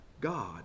God